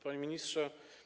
Panie Ministrze!